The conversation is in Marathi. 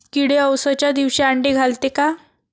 किडे अवसच्या दिवशी आंडे घालते का?